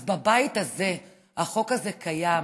אז בבית הזה החוק הזה קיים,